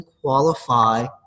qualify